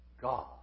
God